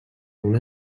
una